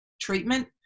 treatment